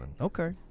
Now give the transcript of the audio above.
Okay